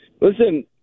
Listen